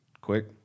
Quick